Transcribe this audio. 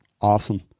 Awesome